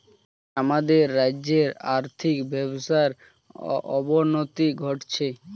আমাদের রাজ্যের আর্থিক ব্যবস্থার অবনতি ঘটছে